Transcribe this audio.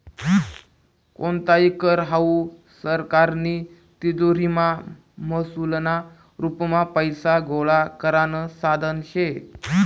कोणताही कर हावू सरकारनी तिजोरीमा महसूलना रुपमा पैसा गोळा करानं साधन शे